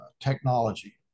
technology